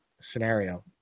scenario